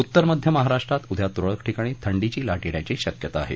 उत्तर मध्य महाराष्ट्रात उद्या तुरळक ठिकाणी थंडीची लाट येण्याची शक्यता आहे